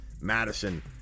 Madison